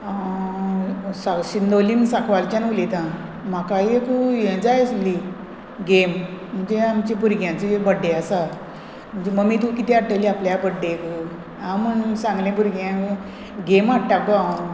साल चिंनोलीम सांकवालच्यान उलयतां म्हाका एक हें जाय आसली गेम म्हणजे आमच्या भुरग्यांची बर्थडे आसा म्हणजे मम्मी तूं कितें हाडटली आपल्या बर्थडेक आं हांव सांगलें भुरग्यांक गेम हाडटा गो हांव